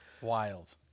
Wild